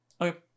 Okay